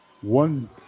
One